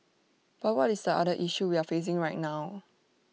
but what is the other issue we're facing right now